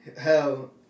hell